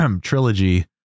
trilogy